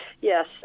Yes